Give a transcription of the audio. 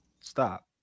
Stop